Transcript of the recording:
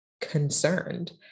concerned